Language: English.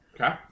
Okay